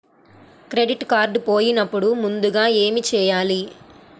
Credit card పోయినపుడు ముందుగా ఏమి చేయాలి?